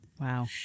wow